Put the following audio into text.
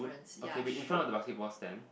okay wait in front of the basketball stand